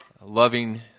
loving